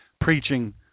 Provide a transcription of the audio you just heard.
preaching